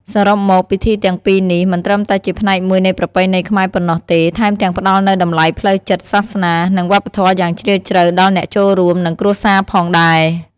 សរុបមក ពិធីទាំងពីរនេះមិនត្រឹមតែជាផ្នែកមួយនៃប្រពៃណីខ្មែរប៉ុណ្ណោះទេ ថែមទាំងផ្តល់នូវតម្លៃផ្លូវចិត្ត សាសនា និងវប្បធម៌យ៉ាងជ្រាលជ្រៅដល់អ្នកចូលរួម និងគ្រួសារផងដែរ។